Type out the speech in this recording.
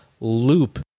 loop